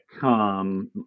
come